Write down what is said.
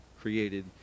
created